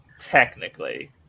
technically